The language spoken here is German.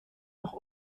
noch